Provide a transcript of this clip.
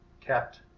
kept